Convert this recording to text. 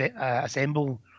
Assemble